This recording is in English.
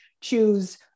choose